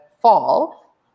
fall